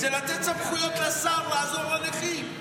זה לתת סמכויות לשר לעזור לנכים.